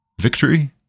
victory